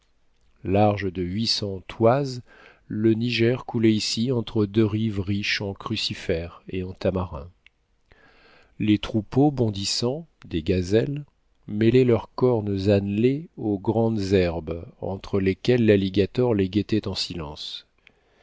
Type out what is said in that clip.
large de huit cents toises le niger coulait ici entre deux rives riches en crucifères et en tamarins les troupeaux bondissants des gazelles mêlaient leurs cornes annelées aux grandes herbes entre lesquelles l'alligator les guettait en silence